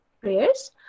prayers